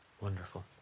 Wonderful